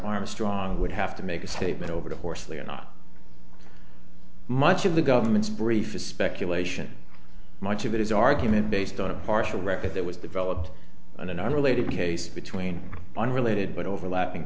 armstrong would have to make a statement over the horsley or not much of the government's brief is speculation much of it is argument based on a partial record that was developed in an unrelated case between unrelated but overlapping